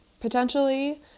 potentially